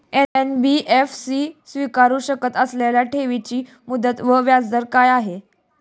NBFC स्वीकारु शकत असलेल्या ठेवीची मुदत व व्याजदर काय आहे?